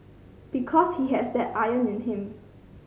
because he has that iron in him